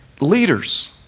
Leaders